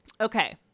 Okay